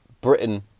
Britain